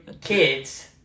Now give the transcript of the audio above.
Kids